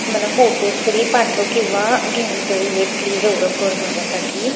मला फोटोज तरी पाठव किंवा घेऊन तरी ये प्लीज एवढं कर माझ्यासाठी